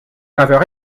graveur